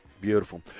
Beautiful